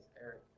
Eric